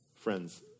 Friends